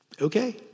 Okay